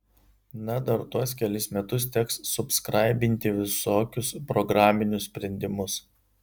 na dar tuos kelis metus teks subskraibinti visokius programinius sprendimus